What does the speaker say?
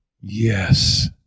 Yes